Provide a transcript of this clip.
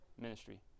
Ministry